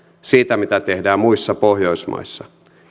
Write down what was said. siitä mitä tehdään muissa pohjoismaissa